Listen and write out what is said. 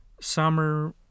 summer